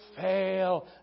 fail